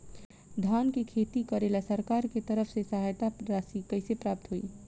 धान के खेती करेला सरकार के तरफ से सहायता राशि कइसे प्राप्त होइ?